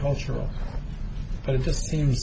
cultural but it just seems